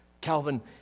Calvin